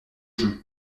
jeu